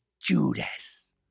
Judas